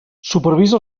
supervisa